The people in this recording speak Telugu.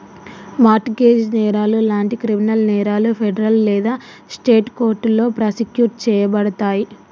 మార్ట్ గేజ్ నేరాలు లాంటి క్రిమినల్ నేరాలు ఫెడరల్ లేదా స్టేట్ కోర్టులో ప్రాసిక్యూట్ చేయబడతయి